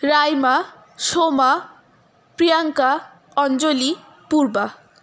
Raima Soma Priyanka Anjali Purba